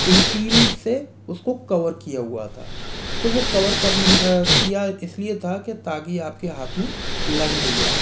steel से उसको cover किया हुआ था तो वो कवर करने किया इसलिए था ताकि आपके हाथ में लग नहीं जाए